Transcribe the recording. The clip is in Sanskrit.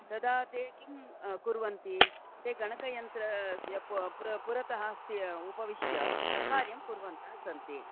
तदा ते किं कुर्वन्ति ते गणकयन्त्रस्य पु पुरतः अस्ति उपविश्य कार्यं कुर्वन्तः सन्ति